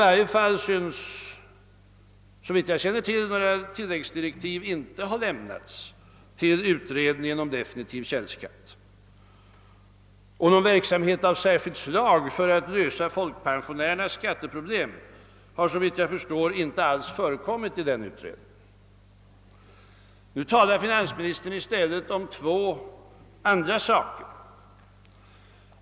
Några tilläggsdirektiv till utredningen om definitiv källskatt har såvitt jag vet inte lämnats, och någon verksamhet av särskilt slag för att lösa folkpensionärernas skatteproblem har inte heller förekommit i utredningen. Här talar finansministern i stället om två andra saker.